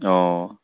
অঁ